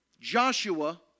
Joshua